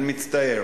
אני מצטער.